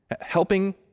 Helping